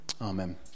Amen